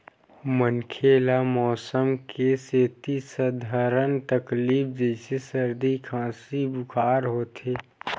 मनखे ल मउसम के सेती सधारन तकलीफ जइसे सरदी, खांसी, बुखार होथे